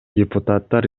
депутаттар